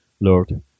Lord